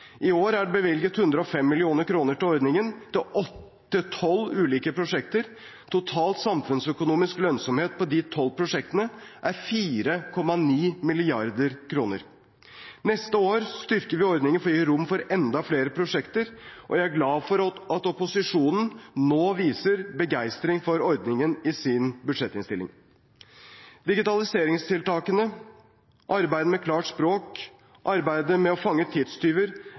I år er det bevilget 105 mill. kr til ordningen til tolv ulike prosjekter. Total samfunnsøkonomisk lønnsomhet for de tolv prosjektene er 4,9 mrd. kr. Neste år styrker vi ordningen for å gi rom for enda flere prosjekter, og jeg er glad for at opposisjonen nå viser begeistring for ordningen i budsjettinnstillingen. Digitaliseringstiltakene, arbeidet med klart språk og arbeidet med å fange tidstyver